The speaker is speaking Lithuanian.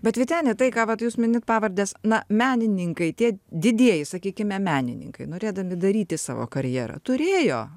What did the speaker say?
bet vyteni tai ką vat jūs minit pavardes na menininkai tie didieji sakykime menininkai norėdami daryti savo karjerą turėjo